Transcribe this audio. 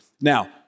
Now